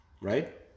right